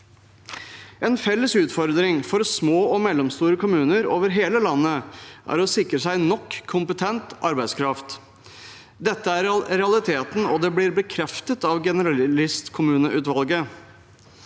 En felles utfordring for små og mellomstore kommuner over hele landet er å sikre seg nok kompetent arbeidskraft. Dette er realiteten, og det blir bekreftet av generalistkommuneutvalget.